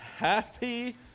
Happy